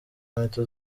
inkweto